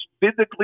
physically